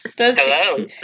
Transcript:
hello